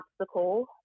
obstacle